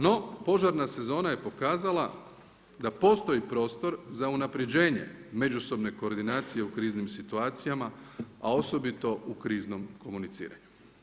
No požarna sezona je pokazala da postoji prostor za unapređenje međusobne koordinacije u kriznim situacijama a osobito u kriznom komuniciranju.